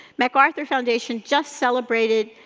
macarthur foundation just celebrated,